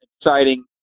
exciting